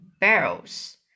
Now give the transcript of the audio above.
barrels